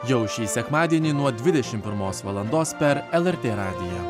jau šį sekmadienį nuo dvidešimt pirmos valandos per lrt radiją